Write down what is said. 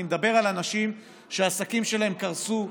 אני מדבר על אנשים שהעסקים שלהם קרסו,